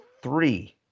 three